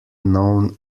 known